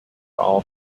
all